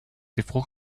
before